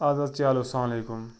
اَدٕ حظ چلو سلام علیکُم